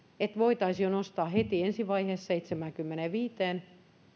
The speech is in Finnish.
että voitaisiin nostaa heti ensi vaiheessa seitsemäänkymmeneenviiteen